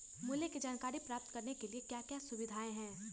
मूल्य के जानकारी प्राप्त करने के लिए क्या क्या सुविधाएं है?